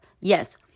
Yes